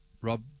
Rob